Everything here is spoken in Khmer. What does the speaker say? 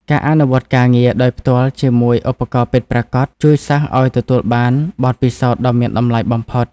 ការអនុវត្តការងារដោយផ្ទាល់ជាមួយឧបករណ៍ពិតប្រាកដជួយសិស្សឱ្យទទួលបានបទពិសោធន៍ដ៏មានតម្លៃបំផុត។